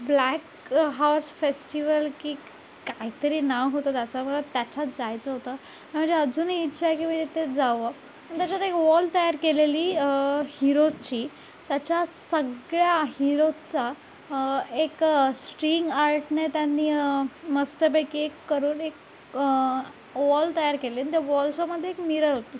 black horse festival की काहीतरी नाव होतं त्याचं मला त्याच्यात जायचं होतं माझी अजूनही इच्छा आहे की मी तिथे जावं त्याच्यात एक वॉल तयार केलेली हिरोजची त्याच्या सगळ्या हिरोजचा एक स्ट्रिंग आर्टने त्यांनी मस्तपैकी एक करून एक वॉल तयार केली आणि त्या वॉलच्यामध्ये एक मिरर होती